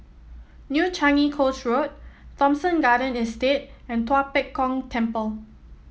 New Changi Coast Road Thomson Garden Estate and Tua Pek Kong Temple